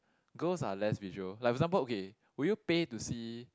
girls are less visual like for example okay would you pay to see